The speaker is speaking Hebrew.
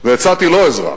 והצעתי לו עזרה.